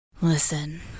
Listen